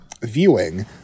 viewing